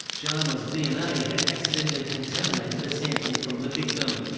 jama's dna had accidentally contaminated a sample from the victim.